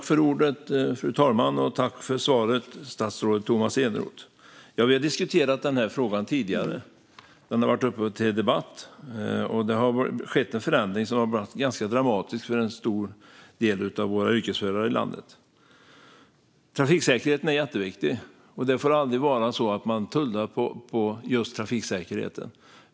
Fru talman! Tack, statsrådet Tomas Eneroth, för svaret! Ja, vi har diskuterat den här frågan. Den har varit uppe till debatt, och det har skett en förändring som är ganska dramatisk för en stor del av våra yrkesförare i landet. Trafiksäkerheten är jätteviktig. Det får aldrig vara så att man tullar på just trafiksäkerheten.